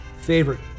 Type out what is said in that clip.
favorite